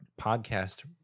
podcast